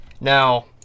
Now